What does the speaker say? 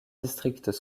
districts